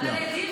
אבל הדירו אותו.